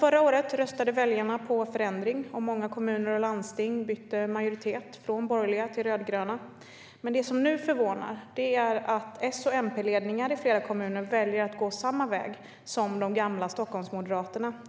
Förra året röstade väljarna på förändring, och många kommuner och landsting bytte majoritet från borgerliga till rödgröna. Det som nu förvånar är att S och MP-ledningar i flera kommuner väljer att gå samma väg som de gamla Stockholmsmoderaterna.